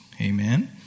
Amen